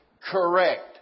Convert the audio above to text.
correct